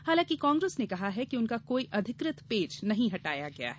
हालांकि कांग्रेस ने कहा है कि उनका कोई अधिकृत पेज नहीं हटाया गया है